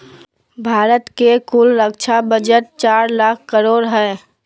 भारत के कुल रक्षा बजट चार लाख करोड़ हय